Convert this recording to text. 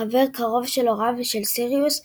חבר קרוב של הוריו ושל סיריוס,